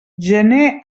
gener